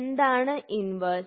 എന്താണ് ഇൻവെർസ്